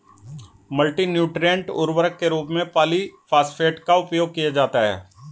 multi nutrient उर्वरक के रूप में पॉलिफॉस्फेट का उपयोग किया जाता है